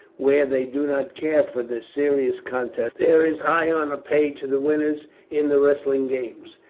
where they do not care for the serious contests, there is high honour paid to the winners in the wrestling games.